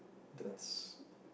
that's